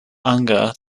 anger